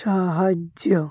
ସାହାଯ୍ୟ